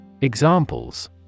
Examples